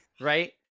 right